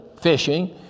fishing